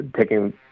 taking